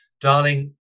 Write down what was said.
darling